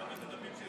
אדוני היושב בראש,